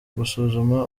gusuzuma